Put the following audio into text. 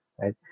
Right